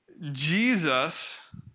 Jesus